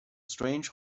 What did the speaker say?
strange